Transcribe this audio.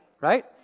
right